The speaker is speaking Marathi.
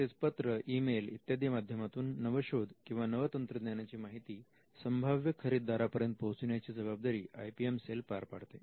तसेच पत्र ई मेल इत्यादी माध्यमातून नवशोध किंवा नव तंत्रज्ञानाची माहिती संभाव्य खरेदीदारा पर्यंत पोहोचविण्याची ची जबाबदारी आय पी एम सेल पार पाडते